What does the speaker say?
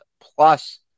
plus